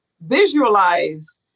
visualize